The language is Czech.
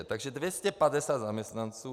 Takže 250 zaměstnanců